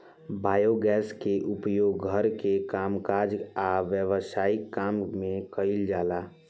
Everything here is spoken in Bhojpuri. बायोगैस के उपयोग घर के कामकाज आ व्यवसायिक काम में कइल जाला